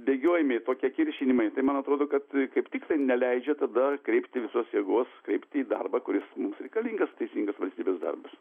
bėgiojimai tokie kiršinimai tai man atrodo kad kaip tik tai neleidžia tada kreipti visos jėgos kreipti į darbą kuris mums reikalingas teisingas valstybės darbas